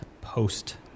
Post